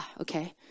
okay